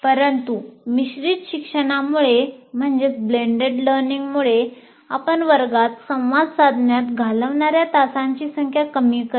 परंतु मिश्रित शिक्षणामुळे आपण वर्गात संवाद साधण्यात घालवणाऱ्या तासांची संख्या कमी करते